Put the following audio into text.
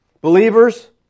Believers